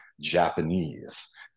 Japanese